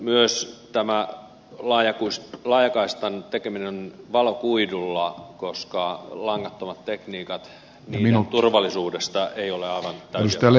myös laajakaistan tekeminen valokuidulla on tärkeä koska langattomien tekniikoiden turvallisuudesta ei ole aivan täysiä takeita